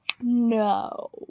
No